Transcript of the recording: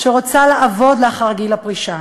שרוצה לעבוד לאחר גיל הפרישה.